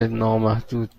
نامحدود